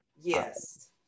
Yes